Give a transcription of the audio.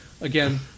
again